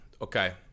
Okay